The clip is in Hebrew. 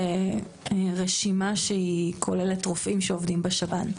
רשימה שהיא כוללת רופאים שעובדים בשב"ן.